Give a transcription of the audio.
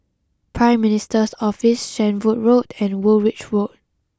Prime Minister's Office Shenvood Road and Woolwich Road